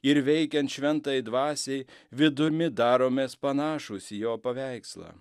ir veikiant šventajai dvasiai vidumi daromės panašūs į jo paveikslą